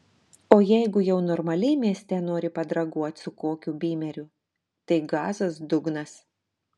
o jeigu jau normaliai mieste nori padraguot su kokiu bymeriu tai gazas dugnas